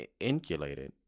Inculated